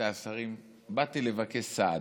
עמיתיי השרים, באתי לבקש סעד.